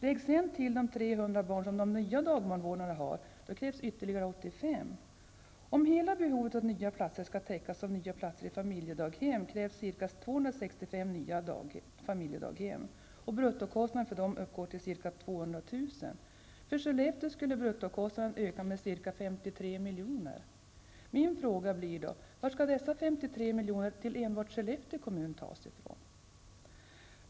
Lägg sedan till de 300 barn som de 180 nya dagbarnvårdarna har. Då krävs ytterligare 85 vårdare. Om hela behovet av nya platser skall täckas av nya platser i familjedaghem krävs ca 265 nya familjedaghem. Bruttokostnaderna för en dagbarnvårdare uppgår till ca 200 000 kr. Bruttokostnaden för Skellefteå skulle alltså öka med ca 53 milj.kr. Min fråga blir då: Varifrån skall dessa 53 miljoner till enbart Skellefteå kommun tas?